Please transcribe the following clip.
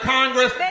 Congress